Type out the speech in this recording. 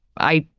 i,